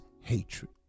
hatred